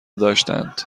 داشتند